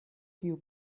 kiu